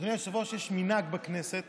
אדוני היושב-ראש, יש מנהג בכנסת